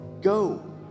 go